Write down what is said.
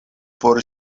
por